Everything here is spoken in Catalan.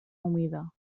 humida